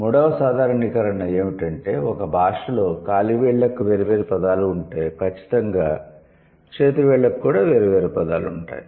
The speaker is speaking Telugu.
మూడవ సాధారణీకరణ ఏమిటంటే ఒక భాషలో కాలి వేళ్ళకు వేర్వేరు పదాలు ఉంటే ఖచ్చితంగా చేతి వేళ్ళకు కూడా వేర్వేరు పదాలు ఉంటాయి